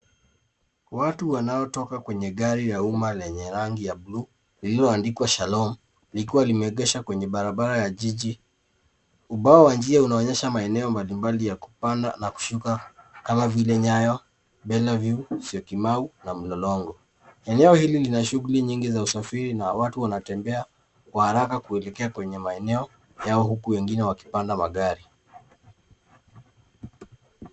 Watu wanaotoka kwenye gari la umma lenye rangi ya buluu, lililoandikwa Shalom, likiwa limeegeshwa kwenye barabara ya jiji. Ubao wa njia unaonyesha maeneo mbalimbali ya kupanda na kushuka kama vile Nyayo, Bellevue, Syokimau, na Mlolongo. Eneo hili lina shughuli nyingi za usafiri na watu wanatembea kwa haraka kuelekea kwenye maeneo yao, huku wengine wakipanda magari.